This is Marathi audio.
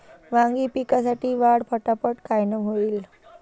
वांगी पिकाची वाढ फटाफट कायनं होईल?